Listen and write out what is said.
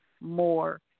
more